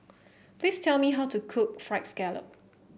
please tell me how to cook fried scallop